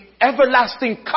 everlasting